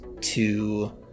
to-